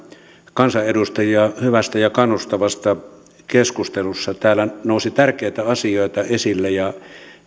kansanedustajia hyvästä ja kannustavasta keskustelusta täällä nousi tärkeitä asioita esille ja